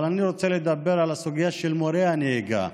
אבל אני רוצה לדבר על הסוגיה של מורי הנהיגה.